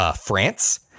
France